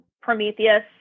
Prometheus